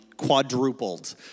quadrupled